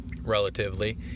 relatively